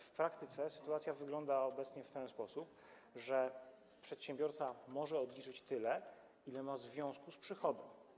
W praktyce sytuacja wygląda obecnie w ten sposób, że przedsiębiorca może odliczyć tyle, ile to ma związku z przychodem.